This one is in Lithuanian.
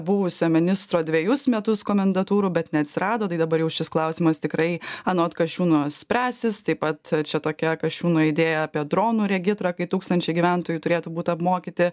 buvusio ministro dvejus metus komendantūrų bet neatsirado tai dabar jau šis klausimas tikrai anot kasčiūno spręsis taip pat čia tokia kasčiūno idėja apie dronų regitrą kai tūkstančiai gyventojų turėtų būt apmokyti